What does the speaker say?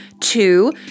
two